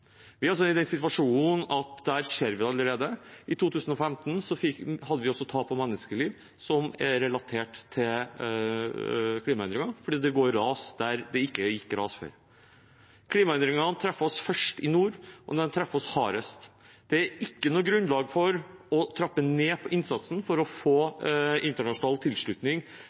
hadde vi også tap av menneskeliv, noe som var relatert til klimaendringene, fordi det går ras der det ikke gikk ras før. Klimaendringene treffer oss først i nord, og de treffer oss hardest. Det er ikke noe grunnlag for å trappe ned på innsatsen for å få internasjonal tilslutning